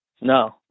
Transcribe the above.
No